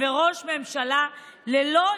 אתם,